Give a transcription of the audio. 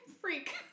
Freak